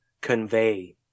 convey